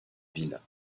ville